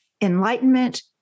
enlightenment